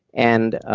and